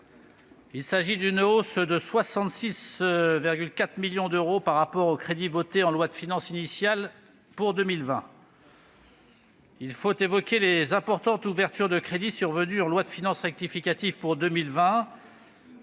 Il s'agit d'une hausse de 66,4 millions d'euros par rapport aux crédits votés en loi de finances initiale pour 2020. Il faut évoquer les importantes ouvertures de crédits survenues en loi de finances rectificative, à